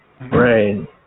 Right